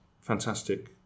fantastic